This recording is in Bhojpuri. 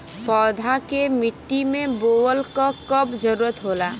पौधा के मिट्टी में बोवले क कब जरूरत होला